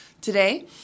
today